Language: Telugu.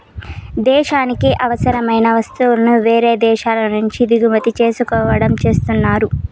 దేశానికి అవసరమైన వస్తువులను వేరే దేశాల నుంచి దిగుమతి చేసుకోవడం చేస్తున్నారు